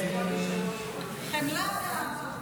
תגני את חמאס.